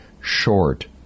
short